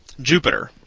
jupiter.